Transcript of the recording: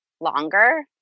longer